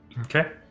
Okay